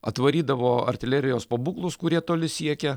atvarydavo artilerijos pabūklus kurie toli siekia